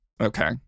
Okay